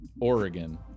Oregon